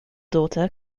daughter